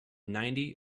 ninety